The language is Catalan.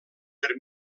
per